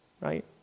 right